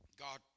God